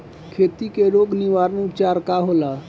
खेती के रोग निवारण उपचार का होला?